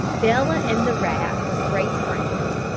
bella and the rat were great friends.